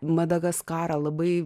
madagaskarą labai